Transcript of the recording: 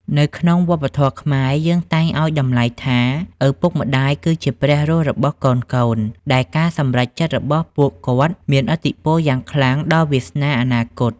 នៅក្នុងវប្បធម៌ខ្មែរ យើងតែងឱ្យតម្លៃថាឪពុកម្ដាយគឺជាព្រះរស់របស់កូនៗ ដែលការសម្រេចចិត្តរបស់ពួកគាត់មានឥទ្ធិពលយ៉ាងខ្លាំងដល់វាសនាអនាគត។